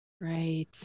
right